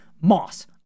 Moss